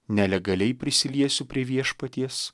nelegaliai prisiliesiu prie viešpaties